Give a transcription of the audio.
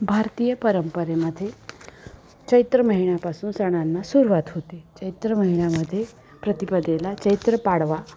भारतीय परंपरेमध्ये चैत्र महिन्यापासून सणांना सुरवात होते चैत्र महिन्यामध्ये प्रतिपदेला चैत्र पाडवा